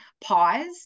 pause